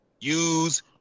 use